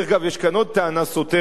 דרך אגב, עולה כאן עוד טענה סותרת: